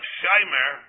shimer